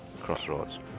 crossroads